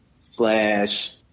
slash